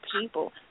people